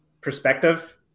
perspective